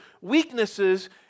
weaknesses